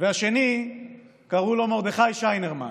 והשני קראו לו מרדכי שיינרמן,